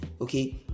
okay